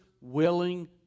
willing